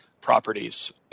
properties